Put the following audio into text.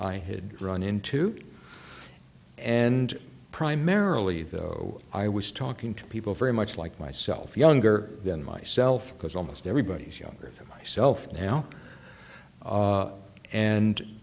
i had run into and primarily though i was talking to people very much like myself younger than myself because almost everybody's younger than myself now a